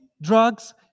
drugs